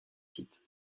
sites